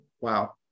Wow